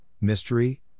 mystery